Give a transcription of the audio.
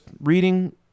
reading